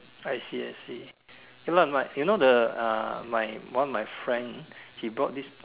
I see I see you know what you know the uh my one of my friends he bought this